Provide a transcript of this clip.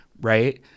right